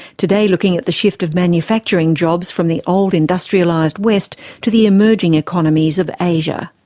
today looking at the shift of manufacturing jobs from the old industrialised west to the emerging economies of asia.